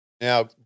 Now